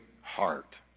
heart